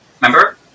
Remember